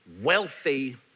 wealthy